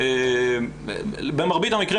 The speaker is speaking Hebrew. במרבית המקרים,